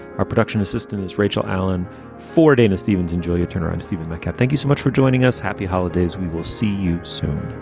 our production assistants. rachel allen for dana stevens and julia turnaround stephen. michael, like yeah thank you so much for joining us. happy holidays. we will see you so